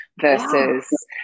versus